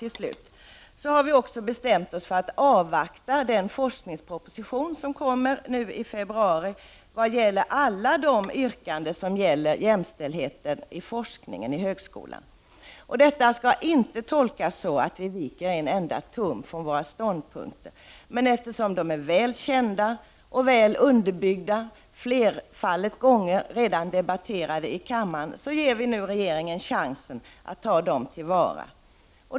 Vi har slutligen också bestämt oss att avvakta den forskningsproposition som kommer nu i februari i vad gäller alla de yrkanden som rör jämställdheten inom forskningen i högskolan. Detta skall inte tolkas som att vi viker en enda tum från våra ståndpunkter. Men eftersom de är väl kända, och väl underbyggda, och flerfaldiga gånger debatterade i kammaren, ger vi nu regeringen chansen att ta de förslagen till vara.